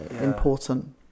important